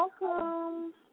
welcome